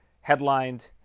headlined